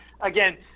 Again